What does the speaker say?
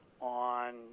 on